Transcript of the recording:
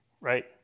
Right